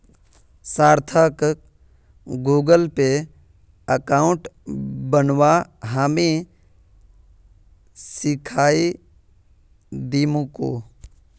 सार्थकक Google Pay account बनव्वा हामी सीखइ दीमकु